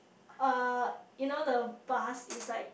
uh you know the bus is like